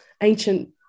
ancient